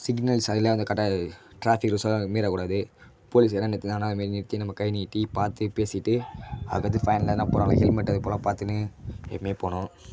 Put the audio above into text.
signals அதுலயும் அந்த கரெக்டாக ட்ராஃபிக் ரூல்ஸலாம் மீறக்கூடாது போலீஸ் எதுனா நிறுத்தினாங்கனா அதுமாரி நிறுத்தி நம்ம கை நீட்டி பார்த்து பேசிட்டு அதுக்கடுத்து ஃபைன்லாம் எதுனா போடுறாங்களா ஹெல்மெட் அதே போலலாம் பார்த்துக்கினு எப்போயுமே போகணும்